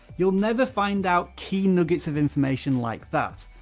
you'll never find out key nuggets of information like that.